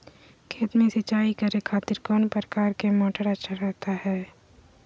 खेत में सिंचाई करे खातिर कौन प्रकार के मोटर अच्छा रहता हय?